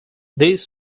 this